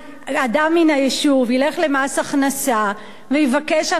אדם מן היישוב ילך למס הכנסה ויבקש הנחה,